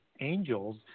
angels